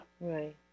Right